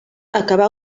acabà